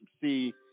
see